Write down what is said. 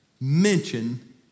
mention